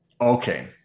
okay